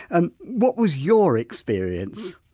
and what was your experience?